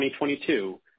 2022